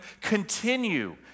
continue